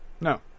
No